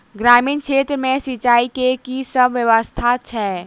ग्रामीण क्षेत्र मे सिंचाई केँ की सब व्यवस्था छै?